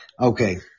Okay